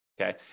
Okay